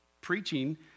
preaching